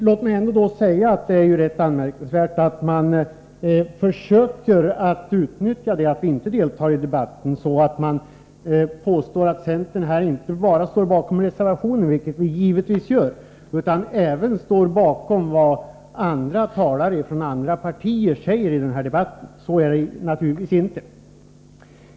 Låt mig ändå säga att det är rätt anmärkningsvärt att man försöker utnyttja det förhållandet att vi inte deltar i debatten på det sättet att man påstår att centern inte bara står bakom reservationen, vilket vi givetvis gör, utan även står bakom vad talare från andra partier säger i den här debatten. Så är det naturligtvis inte.